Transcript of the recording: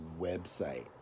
website